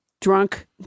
drunk